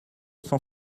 cent